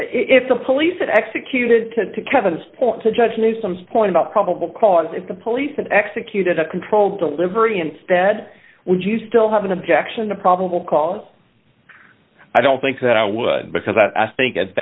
if the police executed to kevin's point to judge me some point about probable cause if the police had executed a controlled delivery instead would you still have an objection to probable cause i don't think that i would because i think at